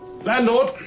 Landlord